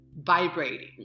vibrating